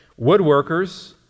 Woodworkers